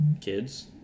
kids